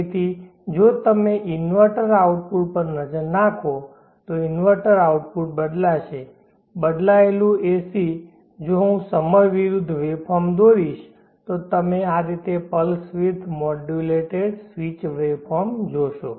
તેથી જો તમે ઇન્વર્ટર આઉટપુટ પર નજર નાખો તો ઇન્વર્ટર આઉટપુટ બદલાશે બદલાયેલું એસી જો હું સમય વિરુદ્ધ વેવફોર્મ દોરીશ તો તમે આ રીતે pulse width modulated switched waveform જોશો